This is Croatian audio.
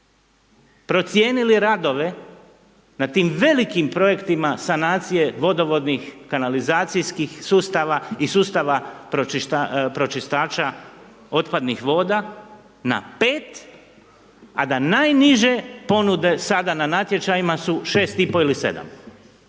procijenili radove na tim velikim projektima sanacije vodovodnih, kanalizacijskih sustava i sustava pročistača otpadnih voda na 5 a da najniže ponude sada na natječajima su 6,5 ili 7?